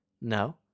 no